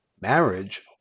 Marriage